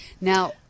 Now